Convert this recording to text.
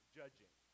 judging